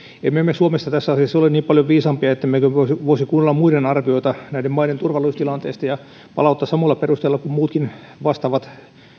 emme me suomessa tässä asiassa ole niin paljon viisaampia ettemmekö voisi kuunnella muiden arvioita näiden maiden turvallisuustilanteista ja palauttaa samoilla perusteilla kuin muutkin vastaavat